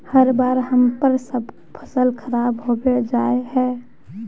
हर बार हम्मर सबके फसल खराब होबे जाए है?